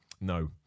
No